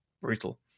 brutal